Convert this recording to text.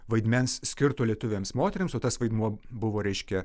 vaidmens skirto lietuvėms moterims o tas vaidmuo buvo reiškia